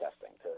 testing